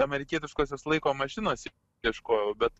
amerikietiškosios laiko mašinos ieškojau bet